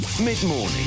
mid-morning